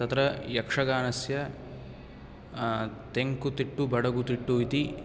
तत्र यक्षगानस्य तेङ्कु तिट्टु बडगु तिट्टु इति